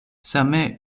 same